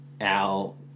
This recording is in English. Al